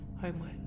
Homework